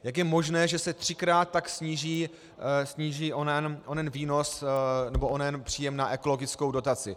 Jak je možné, že se třikrát tak sníží onen výnos nebo onen příjem na ekologickou dotaci.